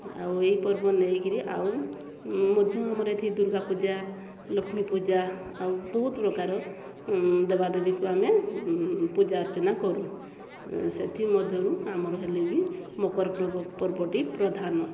ଆଉ ଏଇ ପର୍ବ ନେଇକିରି ଆଉ ମଧ୍ୟ ଆମର ଏଇଠି ଦୁର୍ଗା ପୂଜା ଲକ୍ଷ୍ମୀ ପୂଜା ଆଉ ବହୁତ ପ୍ରକାର ଦେବ ଦେବୀଙ୍କୁ ଆମେ ପୂଜାର୍ଚ୍ଚନା କରୁ ସେଥି ମଧ୍ୟରୁ ଆମର ହେଲେ ବି ମକର ପର୍ବଟି ପ୍ରଧାନ